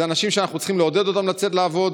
אלה אנשים שאנחנו צריכים לעודד אותם לצאת לעבוד,